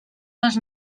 les